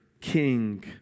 king